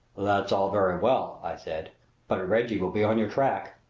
that's all very well, i said but reggie will be on your track.